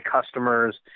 customers